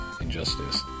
Injustice